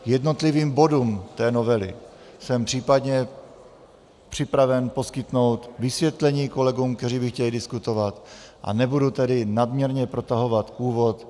K jednotlivým bodům novely jsem případně poskytnout vysvětlení kolegům, kteří by chtěli diskutovat, a nebudu tady nadměrně protahovat úvod.